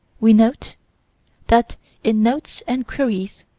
we note that in notes and queries,